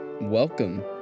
Welcome